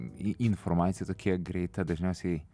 į informacija tokia greita dažniausiai